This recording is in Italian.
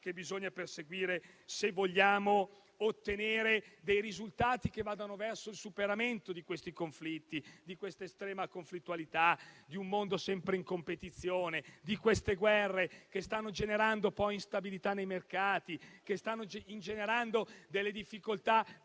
che bisogna perseguire, se vogliamo ottenere risultati che vadano verso il superamento di questi conflitti, di questa estrema conflittualità, di un mondo sempre in competizione e di queste guerre che stanno generando instabilità nei mercati e difficoltà